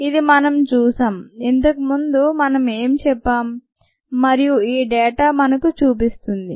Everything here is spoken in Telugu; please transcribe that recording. ఇది మనం చూశాం ఇంతకు ముందు మనం ఏమి చెప్పాం మరియు ఈ డేటా మనకు చూపిస్తుంది